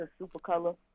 Supercolor